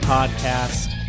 Podcast